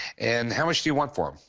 and how much do you want for them?